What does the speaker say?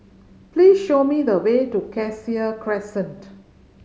please show me the way to Cassia Crescent